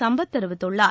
சம்பத் தெரிவித்துள்ளார்